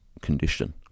condition